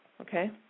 okay